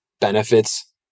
benefits